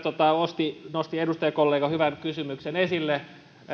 nosti nosti edustajakollega hyvän kysymyksen esille